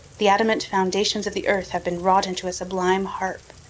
the adamant foundations of the earth have been wrought into a sublime harp,